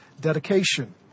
dedication